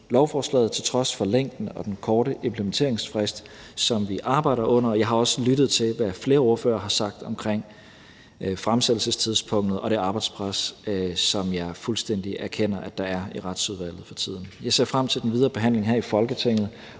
lovforslaget til trods for længden og den korte implementeringsfrist, som vi arbejder under, og jeg har også lyttet til, hvad flere ordførere har sagt omkring fremsættelsestidspunktet og det arbejdspres, som jeg fuldstændig erkender at der er i Retsudvalget for tiden. Jeg ser frem til den videre behandling her i Folketinget,